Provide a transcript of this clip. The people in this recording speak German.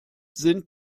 sind